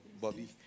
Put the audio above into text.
Bobby